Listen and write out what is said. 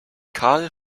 carl